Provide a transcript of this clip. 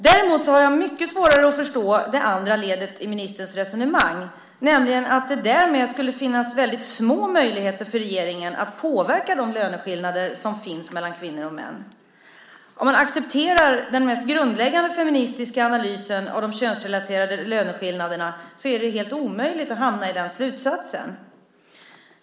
Däremot har jag mycket svårare att förstå det andra ledet i ministerns resonemang, nämligen att det därmed skulle finnas väldigt små möjligheter för regeringen att påverka de löneskillnader som finns mellan kvinnor och män. Om man accepterar den mest grundläggande feministiska analysen av de könsrelaterade löneskillnaderna är det helt omöjligt att hamna i den slutsatsen.